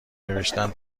نوشتن